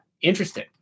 Interesting